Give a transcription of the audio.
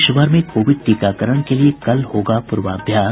देश भर में कोविड टीकाकरण के लिए कल होगा पूर्वाभ्यास